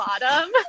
bottom